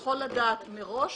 יכול לדעת מראש